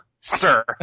sir